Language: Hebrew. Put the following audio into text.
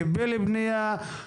קיבל פנייה,